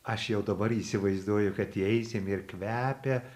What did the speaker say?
aš jau dabar įsivaizduoju kad įeisim ir kvepia